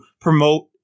promote